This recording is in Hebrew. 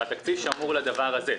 ותקציב הזה שמור לדבר הזה,